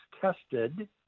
tested